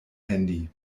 handy